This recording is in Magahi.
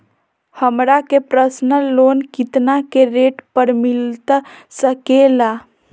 हमरा के पर्सनल लोन कितना के रेट पर मिलता सके ला?